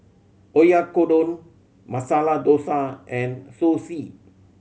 Oyakodon Masala Dosa and Zosui